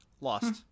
lost